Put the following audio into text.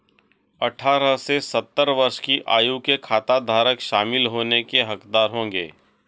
अठारह से सत्तर वर्ष की आयु के खाताधारक शामिल होने के हकदार होंगे